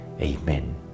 amen